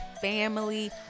family